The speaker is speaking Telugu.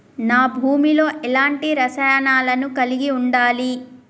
నా భూమి లో ఎలాంటి రసాయనాలను కలిగి ఉండాలి?